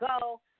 go